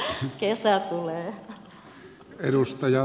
kesä tulee